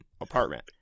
apartment